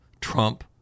Trump